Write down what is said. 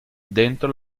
dentro